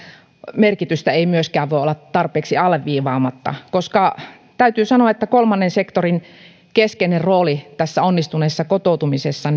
merkitystä ei myöskään voi olla tarpeeksi alleviivaamatta koska täytyy sanoa että kolmannen sektorin keskeinen rooli onnistuneessa kotoutumisessa